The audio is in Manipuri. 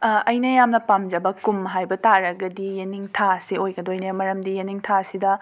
ꯑꯩꯅ ꯌꯥꯝꯅ ꯄꯥꯝꯖꯕ ꯀꯨꯝ ꯍꯥꯏꯕ ꯇꯥꯔꯒꯗꯤ ꯌꯦꯅꯤꯡꯊꯥꯁꯦ ꯑꯣꯏꯒꯗꯣꯏꯅꯦ ꯃꯔꯝꯗꯤ ꯌꯦꯅꯤꯡꯊꯥꯁꯤꯗ